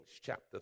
chapter